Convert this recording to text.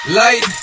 light